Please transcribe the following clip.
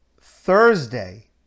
Thursday